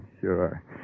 Sure